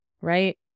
right